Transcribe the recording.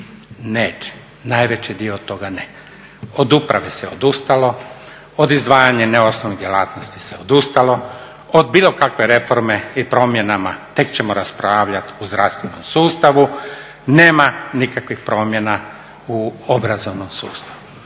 Neće. Najveći dio toga ne. Od uprave se odustalo, od izdvajanja neosnovnih djelatnosti se odustalo, od bilo kakve reforme i promjenama tek ćemo raspravljati u zdravstvenom sustavu. Nema nikakvih promjena u obrazovnom sustavu.